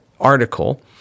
article